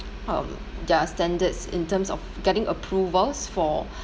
um their standards in terms of getting approvals for